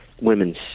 women's